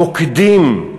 מוקדים,